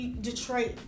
Detroit